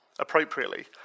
Appropriately